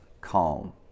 calm